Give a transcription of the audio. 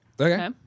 Okay